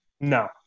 No